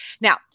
Now